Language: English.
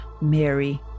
Mary